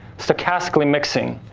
stochastically mixing.